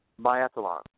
Biathlon